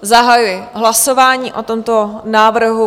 Zahajuji hlasování o tomto návrhu.